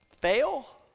fail